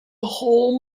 whole